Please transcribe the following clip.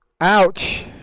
Ouch